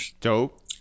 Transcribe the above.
Dope